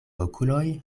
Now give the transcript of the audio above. okuloj